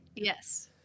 Yes